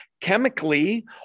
Chemically